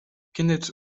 kenneth